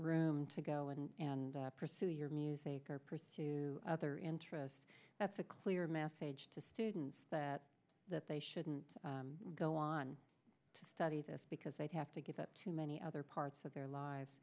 room to go in and pursue your music or pursue other interests that's a clear message to students that that they shouldn't go on to study this because they'd have to give up too many other parts of their